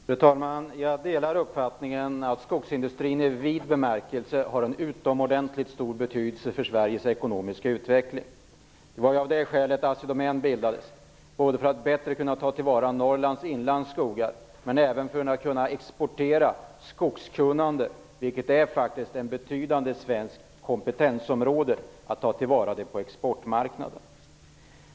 Fru talman! Jag delar uppfattningen att skogsindustrin i vid bemärkelse har en utomordentligt stor betydelse för Sveriges ekonomiska utveckling. Det var av det skälet Assidomän bildades. Det var för att bättre kunna ta tillvara Norrlands inlands skogar men även för att kunna exportera skogskunnande, vilket faktiskt är ett betydande svenskt kompetensområde att ta till vara på exportmarknaden.